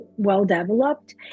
well-developed